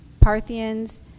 Parthians